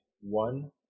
one